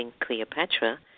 Cleopatra